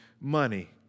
money